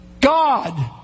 God